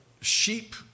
sheep